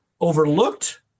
overlooked